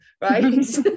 right